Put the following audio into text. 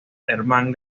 hermann